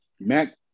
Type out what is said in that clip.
Mac